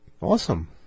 awesome